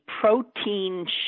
protein